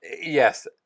Yes